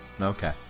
Okay